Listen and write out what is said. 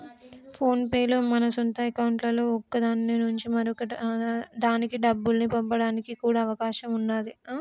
phone pay లో మన సొంత అకౌంట్లలో ఒక దాని నుంచి మరొక దానికి డబ్బుల్ని పంపడానికి కూడా అవకాశం ఉన్నాది